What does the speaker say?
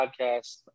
Podcast